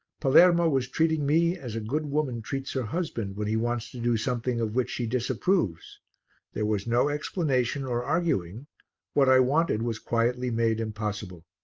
palermo was treating me as a good woman treats her husband when he wants to do something of which she disapproves there was no explanation or arguing what i wanted was quietly made impossible.